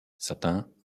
certains